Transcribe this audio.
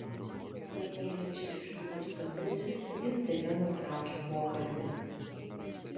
kai ėmė čirkšt durų skambutis ji staiga nutraukė pokalbį